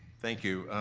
thank you,